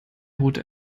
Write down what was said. route